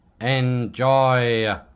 enjoy